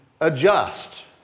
adjust